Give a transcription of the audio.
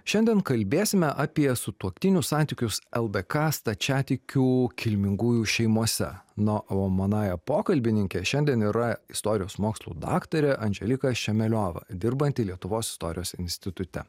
šiandien kalbėsime apie sutuoktinių santykius ldk stačiatikių kilmingųjų šeimose na o manąja pokalbininke šiandien yra istorijos mokslų daktarė andželika ščemeliova dirbanti lietuvos istorijos institute